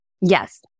Yes